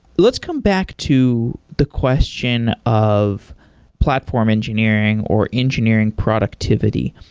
let's come back to the question of platform engineering, or engineering productivity.